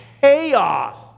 chaos